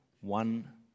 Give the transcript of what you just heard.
One